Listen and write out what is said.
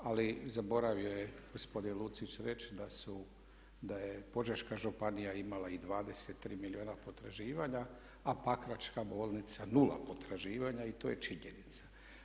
Ali zaboravio je gospodin Lucić reći da je Požeška županija imala i 23 milijuna potraživanja, a Pakračka bolnica nula potraživanja i to je činjenica.